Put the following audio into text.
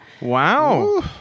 Wow